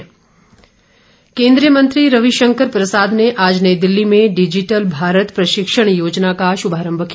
प्रसाद digital केन्द्रीय मंत्री रविशंकर प्रसाद ने आज नई दिल्ली में डिजीटल भारत प्रशिक्षण योजना का शुभारंभ किया